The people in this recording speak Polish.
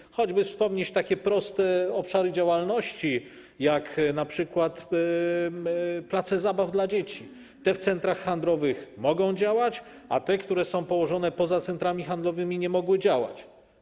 Można choćby wspomnieć takie proste obszary działalności jak np. place zabaw dla dzieci - te w centrach handlowych mogą działać, a te, które są położone poza centrami handlowymi, nie mogły działać.